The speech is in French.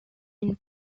une